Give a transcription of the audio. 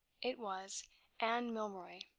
it was anne milroy.